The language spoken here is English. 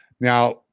Now